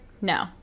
No